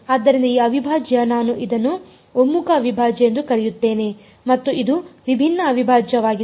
ಆದ್ದರಿಂದ ಈ ಅವಿಭಾಜ್ಯ ನಾನು ಇದನ್ನು ಒಮ್ಮುಖ ಅವಿಭಾಜ್ಯ ಎಂದು ಕರೆಯುತ್ತೇನೆ ಮತ್ತು ಇದು ವಿಭಿನ್ನ ಅವಿಭಾಜ್ಯವಾಗಿದೆ